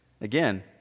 again